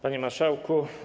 Panie Marszałku!